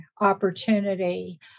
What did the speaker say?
opportunity